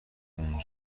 اون